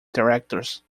directors